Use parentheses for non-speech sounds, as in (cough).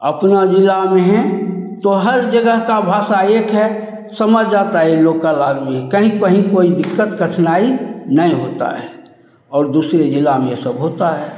अपना ज़िला में हैं तो हर जगह का भाषा एक है समझ जाता है इन लोग का (unintelligible) कहीं कहीं कोई दिक्कत कठिनाई नहीं होता है और दूसरे ज़िले में ए सब होता है